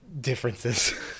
differences